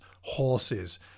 horses